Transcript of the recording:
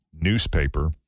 newspaper